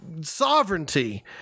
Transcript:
sovereignty